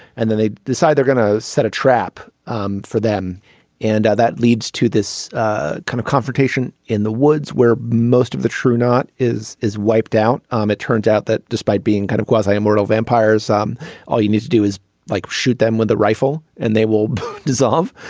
and then they decide they're going to set a trap um for them and that leads to this ah kind of confrontation in the woods where most of the true knot is is wiped out. um it turns that despite being kind of quasi immortal vampires um all you need to do is like shoot them with a rifle and they will dissolve.